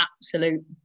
absolute